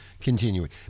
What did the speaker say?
continuing